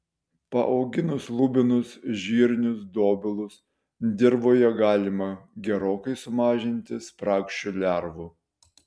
paauginus lubinus žirnius dobilus dirvoje galima gerokai sumažinti spragšių lervų